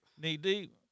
Knee-deep